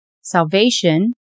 Salvation